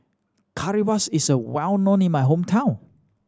currywurst is a well known in my hometown